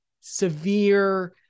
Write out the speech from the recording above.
severe